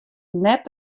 net